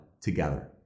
together